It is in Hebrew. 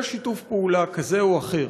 יש שיתוף פעולה כזה או אחר